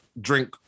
drink